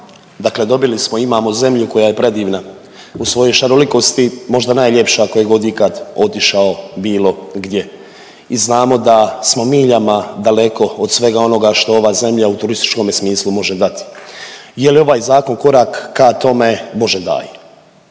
Dakle dobili smo, imamo zemlju koja je predivna u svojoj šarolikosti možda najljepša tko je god ikad otišao bilo gdje. I znamo da smo miljama daleko od svega onoga što ova zemlja u turističkome smislu može dati. Je li ovaj Zakon korak ka tome, Bože daj.